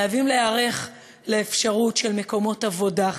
חייבים להיערך לאפשרות של מקומות עבודה,